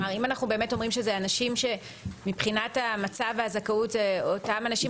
אם אנחנו אומרים שזה אנשים שמבחינת המצב והזכאות הם אותם אנשים,